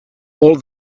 all